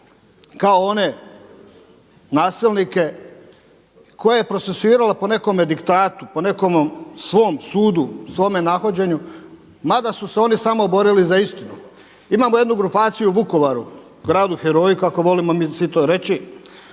kao one nasilnike koje je procesuirala po nekome diktatu, po nekome svom sudu, svome nahođenju mada su se oni samo borili za istinu. Imamo jednu grupaciju u Vukovaru, gradu Heroju kako volimo mi svi to reći,